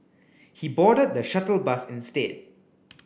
he boarded the shuttle bus instead